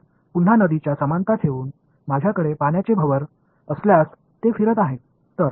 तर पुन्हा नदीची समानता ठेवून माझ्याकडे पाण्याचे भँवर असल्यास ते फिरत आहे